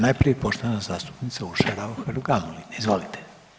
Najprije poštovana zastupnica Urša Raukar Gamulin, izvolite.